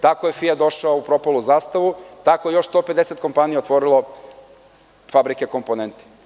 Tako je „Fijat“ došao u propalu „Zastavu“, tako je još 150 kompanija otvorilo fabrike komponenti.